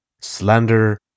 slander